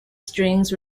strings